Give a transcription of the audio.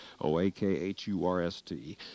O-A-K-H-U-R-S-T